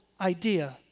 idea